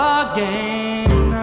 again